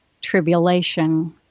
tribulation